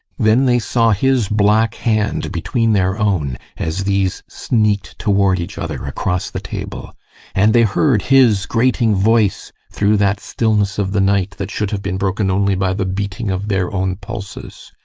then they saw his black hand between their own as these sneaked toward each other across the table and they heard his grating voice through that stillness of the night that should have been broken only by the beating of their own pulses.